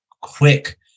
quick